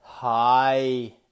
Hi